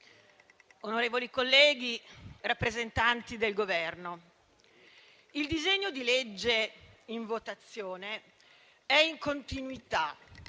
onorevoli colleghi, rappresentanti del Governo, il disegno di legge in votazione è in continuità